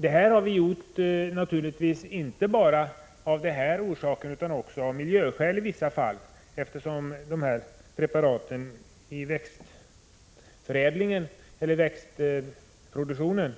Det har vi naturligtvis inte bara gjort av de orsaker som jag tidigare nämnt utan i vissa fall också av miljöskäl, eftersom preparaten inom växtproduktionen